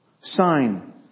Sign